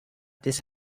this